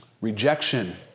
rejection